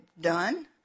done